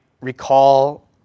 recall